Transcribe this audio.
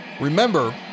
Remember